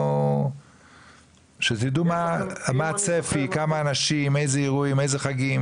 שתדעו איזה חגים,